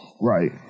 Right